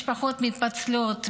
משפחות מתפצלות,